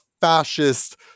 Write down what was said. fascist